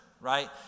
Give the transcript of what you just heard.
right